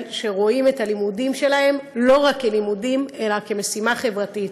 שרואים את הלימודים שלהם לא רק כלימודים אלא כמשימה חברתית.